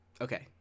okay